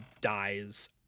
dies